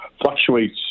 fluctuates